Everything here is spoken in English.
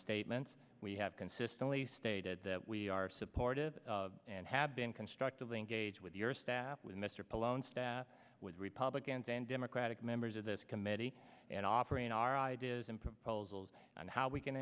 statements we have consistently stated that we are supportive and have been constructively engage with your staff with mr palauan staff with republicans and democratic members of this committee and offering our ideas and proposals and how we can